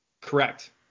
Correct